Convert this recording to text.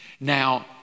Now